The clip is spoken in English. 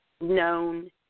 known